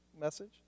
message